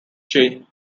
change